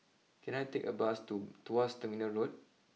can I take a bus to Tuas Terminal Road